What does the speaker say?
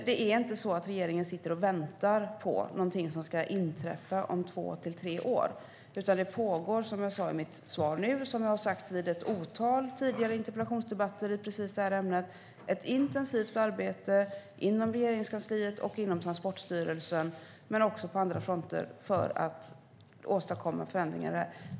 Det är inte så att regeringen sitter och väntar på något som ska inträffa om två tre år, utan det pågår - som jag sa i mitt svar nu och som jag har sagt vid ett otal tidigare interpellationsdebatter i det här ämnet - ett intensivt arbete inom Regeringskansliet och Transportstyrelsen men också på andra fronter för att åstadkomma förändringar.